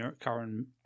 current